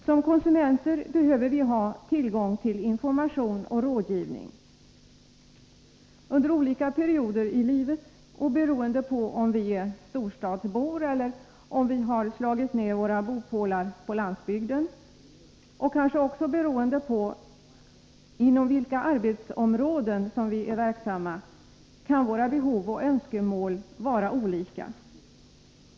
Som konsumenter behöver vi ha tillgång till information och rådgivning. Under olika perioder i livet och beroende på om vi är storstadsbor eller har slagit ned våra bopålar på landsbygden och kanske också beroende på inom vilka arbetsområden vi är verksamma kan våra behov och önskemål vara olika.